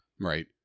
right